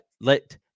let